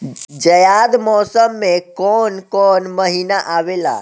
जायद मौसम में काउन काउन महीना आवेला?